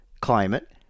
climate